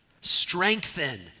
Strengthen